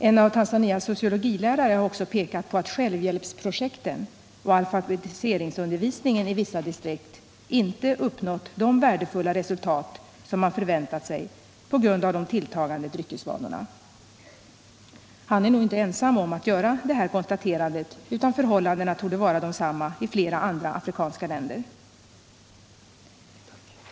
En av Tanzanias sociologilärare har också pekat på att självhjälpsprojekten och alfabetiseringsundervisningen i vissa distrikt på grund av de tilltagande dryckesvanorna inte har givit de värdefulla resultat som man hade förväntat sig. Han är nog inte ensam om att göra detta konstaterande utan förhållandena torde vara desamma i flera andra afrikanska länder.